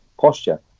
posture